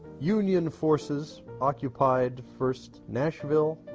union forces occupied first nashville,